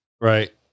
right